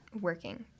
working